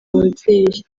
ababyeyi